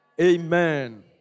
Amen